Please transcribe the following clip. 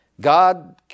God